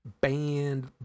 banned